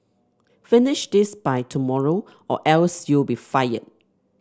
finish this by tomorrow or else you'll be fired